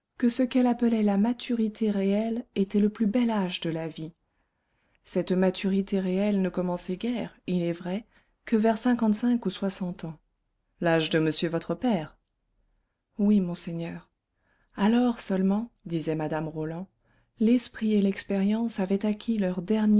que ce qu'elle appelait la maturité réelle était le plus bel âge de la vie cette maturité réelle ne commençait guère il est vrai que vers cinquante-cinq ou soixante ans l'âge de monsieur votre père oui monseigneur alors seulement disait mme roland l'esprit et l'expérience avaient acquis leur